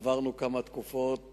עברנו כמה תקופות,